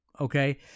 okay